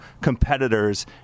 competitors